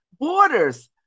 borders